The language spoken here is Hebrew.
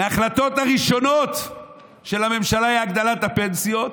אחת מההחלטות הראשונות של הממשלה הייתה הגדלת הפנסיות.